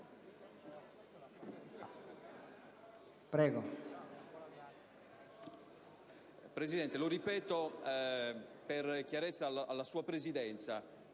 Presidente, lo ripeto per chiarezza alla Presidenza.